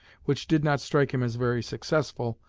which did not strike him as very successful,